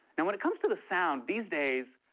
and when it comes to the sound, these days,